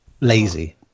lazy